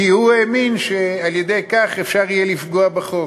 כי הוא האמין שעל-ידי כך אפשר יהיה לפגוע בחוק.